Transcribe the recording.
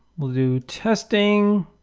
we'll do testing